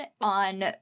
on